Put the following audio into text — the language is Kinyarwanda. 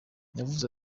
yavuze